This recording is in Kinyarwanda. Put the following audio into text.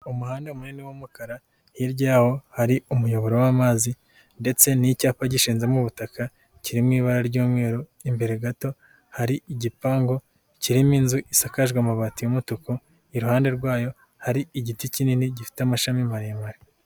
Umuhanda munini w'umukara hirya yawo hari umuyoboro w'amazi ndetse n'icyapa gishinze mu butaka kiri mu ibara ry'umweru, imbere gato hari igipangu kirimo inzu isakajwe amabati y'umutuku, iruhande rwayo hari igiti kinini gifite amashami maremare.